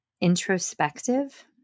introspective